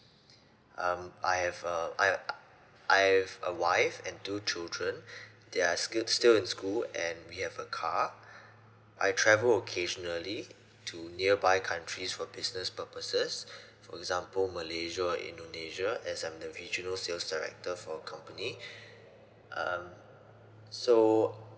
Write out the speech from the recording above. um I have a I I have a wife and two children they are sti~ still in school and we have a car I travel occasionally to nearby countries for business purposes for example malaysia indonesia as I'm the regional sales director for a company um so